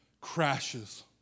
crashes